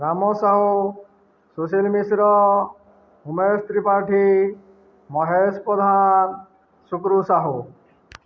Ram Sahu Sushil Mishra Umesh Tripathi Mahesh Pradhan Sukru Sahu